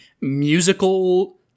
musical